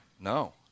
No